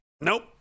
Nope